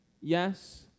Yes